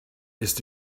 ist